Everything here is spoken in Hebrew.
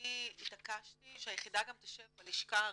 אני התעקשתי שהיחידה גם תשב בלשכה הראשית.